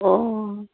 অঁ